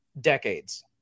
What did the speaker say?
decades